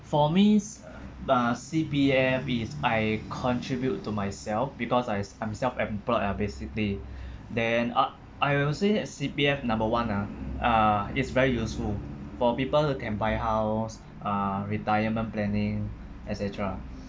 for me s~ uh about C_P_F is I contribute to myself because I I'm self employed ah basically then I I will say that C_P_F number one ah uh it's very useful for people who can buy house uh retirement planning et cetera